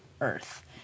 Earth